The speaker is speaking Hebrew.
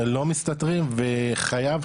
לא מסתתרים וחייב,